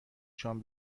شام